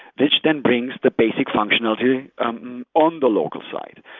which then brings the basic functionality um on the local side.